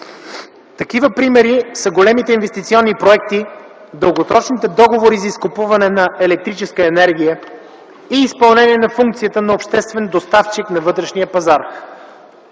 Такива примери са големите инвестиционни проекти на НЕК ЕАД, дългосрочните договори за изкупуване на електрическа енергия и изпълнението на функцията на обществен доставчик на вътрешния пазар.